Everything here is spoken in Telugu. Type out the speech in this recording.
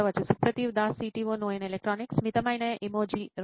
సుప్రతీవ్ దాస్ CTO నోయిన్ ఎలక్ట్రానిక్స్ మితమైన ఎమోజి రైట్